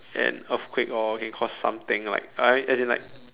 an earthquake or can cause something like uh as in like